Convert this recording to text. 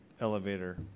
elevator